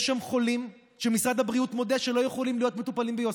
יש שם חולים שמשרד הבריאות מודה שלא יכולים להיות מטופלים ביוספטל,